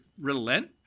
relent